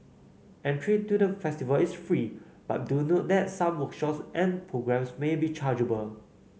entry to the festival is free but do note that some workshops and programmes may be chargeable